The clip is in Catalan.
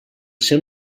seu